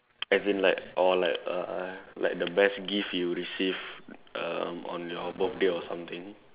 as in like or like uh uh the best gift you received um on your birthday or something